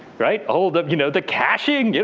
right? all the you know the cashing, yeah